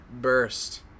burst